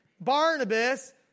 Barnabas